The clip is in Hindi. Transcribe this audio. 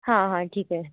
हाँ हाँ ठीक है